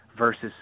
versus